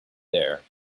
there